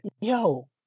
Yo